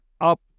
up